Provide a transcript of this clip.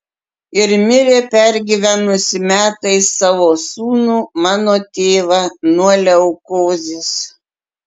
ir mirė pergyvenusi metais savo sūnų mano tėvą nuo leukozės